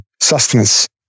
sustenance